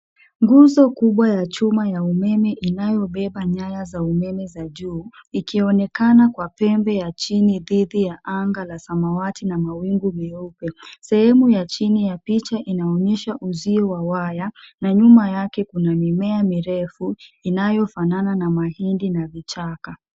Nguzo kubwa ya chuma ya umeme inayobeba nyaya za umeme za juu ikionekana kwa pembe ya chini dhidi ya anga la samawati na mawingu meupe. Sehemu ya chini ya picha inaonyesha uzio wa waya na nyuma yake kuna mimea mirefu inayofanana na mahindi na vichaka.